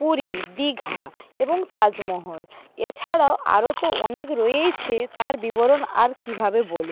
পুরী দীঘা এবং তাজমহল এছাড়াও আরও তো অনেক রয়েইছে আর বিবরণ আর কীভাবে বলব